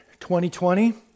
2020